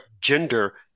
gender